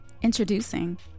Introducing